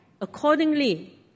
accordingly